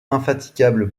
infatigable